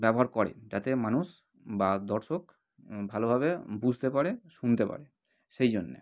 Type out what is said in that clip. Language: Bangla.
ব্যবহার করে যাতে মানুষ বা দর্শক ভালোভাবে বুঝতে পারে শুনতে পারে সেই জন্যে